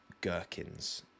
gherkins